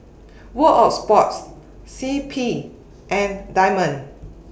World of Sports C P and Diamond